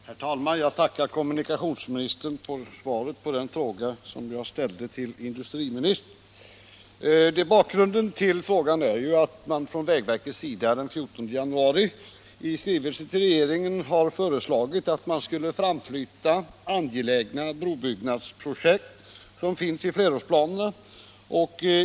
Herr talman! Jag tackar kommunikationsministern för svaret på den fråga som jag ställde till industriministern. Bakgrunden till frågan är att vägverket den 14 januari i skrivelse till regeringen har föreslagit framflyttning av angelägna brobyggnadsprojekt, som finns i flerårsplanerna.